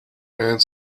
and